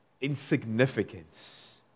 insignificance